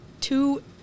two